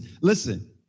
Listen